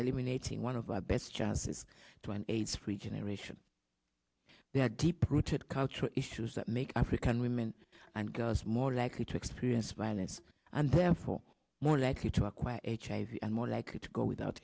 eliminating one of our best chances to an aids free generation there are deep rooted cultural issues that make african women and girls more likely to experience violence and therefore more likely to acquire hiv and more likely to go without